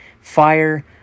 Fire